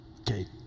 Okay